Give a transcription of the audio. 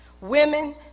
women